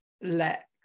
let